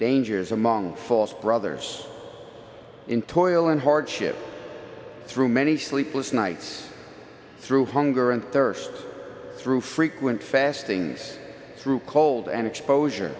dangers among false brothers in toil and hardship through many sleepless nights through hunger and thirst through frequent fasting is through cold and exposure